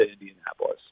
Indianapolis